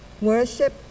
worship